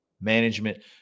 Management